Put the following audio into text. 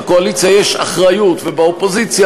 העובדה שבקואליציה יש אחריות ובאופוזיציה